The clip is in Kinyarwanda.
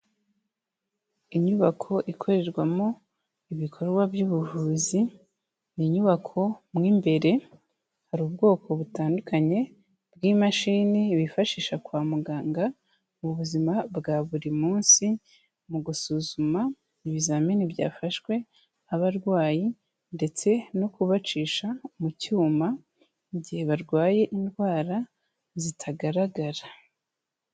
Inyubako ikorerwamo ibikorwa by'ubuvuzi, ni inyubako mu imbere hari ubwoko butandukanye bw'imashini bifashisha kwa muganga mu buzima bwa buri munsi, mu gusuzuma ibizamini byafashwe abarwayi ndetse no kubacisha mu cyuma igihe barwaye indwara zitagaragara.